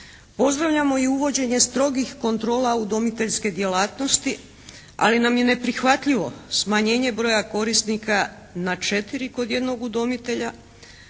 Pozdravljamo i uvođenje strogih kontrola udomiteljske djelatnosti ali nam je neprihvatljivo smanjenje broja korisnika na četiri kod jednog udomitelja,